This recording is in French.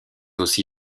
aussi